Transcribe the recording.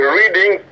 reading